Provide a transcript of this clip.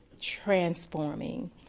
transforming